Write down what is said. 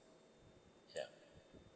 ya